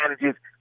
manages